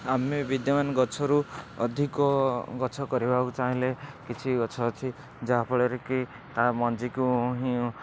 ଆମେ ବିଦ୍ୟମାନ ଗଛରୁ ଅଧିକ ଗଛ କରିବାକୁ ଚାହିଁଲେ କିଛି ଗଛ ଅଛି ଯାହାଫଳରେ କି ତା' ମଞ୍ଜିକୁ ହିଁ